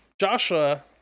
joshua